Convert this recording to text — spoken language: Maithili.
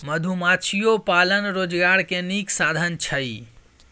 मधुमाछियो पालन रोजगार के नीक साधन छइ